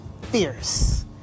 fierce